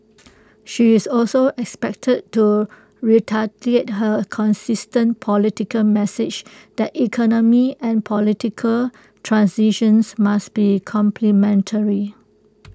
she is also expected to reiterate her consistent political message that economic and political transitions must be complementary